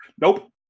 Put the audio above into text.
Nope